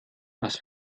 was